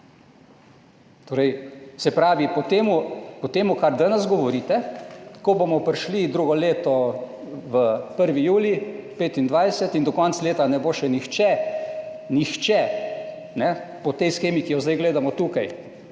pravi po tem, po tem kar danes govorite, ko bomo prišli drugo leto v 1. julij 2025 in do konca leta ne bo še nihče, nihče ne po tej shemi, ki jo zdaj gledamo tukaj,